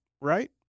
right